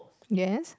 yes